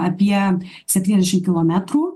apie septyniasdešim kilometrų